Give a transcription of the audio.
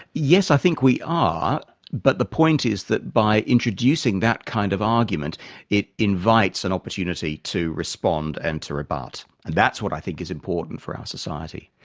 yes, i think we are but the point is that by introducing that kind of argument it invites an and opportunity to respond and to rebut. and that's what i think is important for our society.